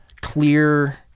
clear